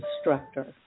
instructor